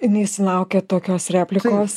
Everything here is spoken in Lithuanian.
jinai sulaukė tokios replikos